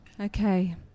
Okay